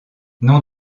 nom